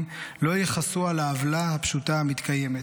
לא יכסו על העוולה הפשוטה המתקיימת: